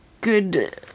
good